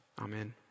Amen